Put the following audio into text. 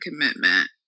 commitment